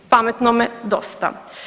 Pametnome dosta.